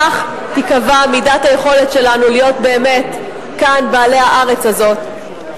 כך תיקבע מידת היכולת שלנו להיות באמת כאן בעלי הארץ הזאת,